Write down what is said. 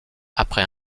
après